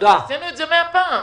עשינו את זה מאה פעם.